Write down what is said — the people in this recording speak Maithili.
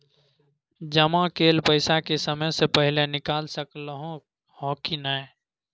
जमा कैल पैसा के समय से पहिले निकाल सकलौं ह की नय?